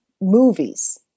movies